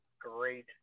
great